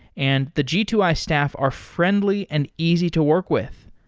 and the g two i staff are friendly and easy to work with.